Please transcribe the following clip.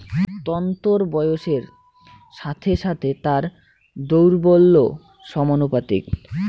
তন্তুর বয়সের সাথে সাথে তার দৌর্বল্য সমানুপাতিক